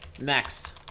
Next